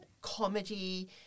comedy